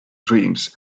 dreams